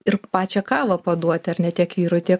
ir pačią kavą paduoti ar ne tiek vyrui tiek